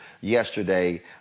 yesterday